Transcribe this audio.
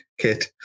kit